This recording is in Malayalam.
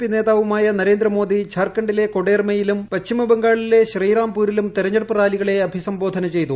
പി നേതാവുമായ നരേന്ദ്രമോദി ഝാർഖണ്ഡിലെ കൊഡേർമയിലും പശ്ചിമബംഗാളിലെ ശ്രീറാംപൂരിലും തെരഞ്ഞെടുപ്പ് റാലികളെ അഭിസംബോധന ചെയ്തു